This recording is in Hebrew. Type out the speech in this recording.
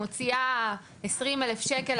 מוציאה 20,000 שקלים,